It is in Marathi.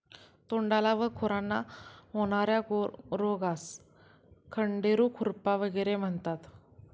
तोंडाला व खुरांना होणार्या रोगास खंडेरू, खुरपा वगैरे म्हणतात